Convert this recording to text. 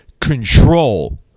control